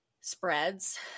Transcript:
spreads